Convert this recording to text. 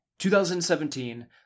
2017